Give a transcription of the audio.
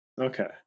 okay